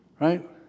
right